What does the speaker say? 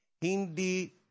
hindi